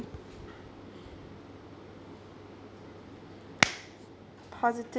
positive